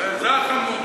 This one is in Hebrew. וזה החמור.